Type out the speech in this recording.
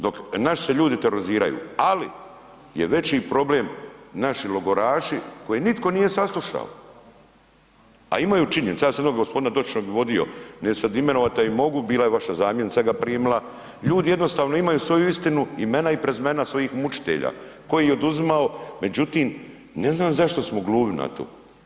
Dok naši se ljudi teroriziraju, ali je veći problem naši logoraši kojih nitko nije saslušao a imaju činjenice, ja sam gospodina dotičnog odvodio, neću sad imenovat a i mogu, bila je vaša zamjenica ga primila, ljudi jednostavno imaju svoju istinu, imena i prezimena svojih mučitelja koji je oduzimao međutim ne znam zašto smo gluhi na to.